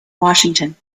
washington